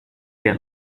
get